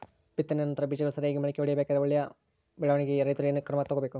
ಬಿತ್ತನೆಯ ನಂತರ ಬೇಜಗಳು ಸರಿಯಾಗಿ ಮೊಳಕೆ ಒಡಿಬೇಕಾದರೆ ಮತ್ತು ಒಳ್ಳೆಯ ಬೆಳವಣಿಗೆಗೆ ರೈತರು ಏನೇನು ಕ್ರಮ ತಗೋಬೇಕು?